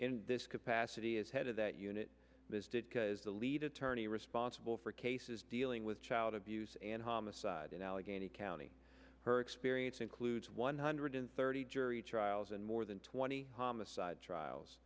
in this capacity as head of that unit as did because the lead attorney responsible for cases dealing with child abuse and homicide in allegheny county her experience includes one hundred thirty jury trials and more than twenty homicide trials